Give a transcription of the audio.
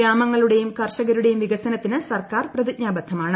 ഗ്രമങ്ങളുടെയും കർഷകരുടെയും വികസനത്തിന് സർക്കാർ പ്രതിജ്ഞാബദ്ധമാണ്